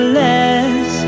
less